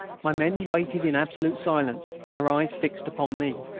my men waited in absolute silence, their eyes fixed upon me,